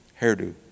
hairdo